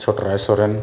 Chhotray Soren